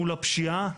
מול הפשיעה,